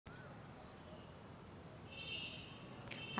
RTGS कराची limit कितीक रायते?